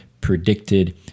predicted